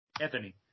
Anthony